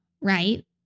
right